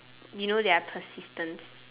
you know they are persistence